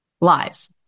lies